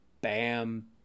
bam